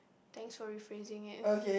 thanks for rephrasing it